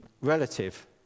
relative